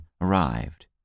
arrived